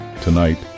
Tonight